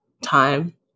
time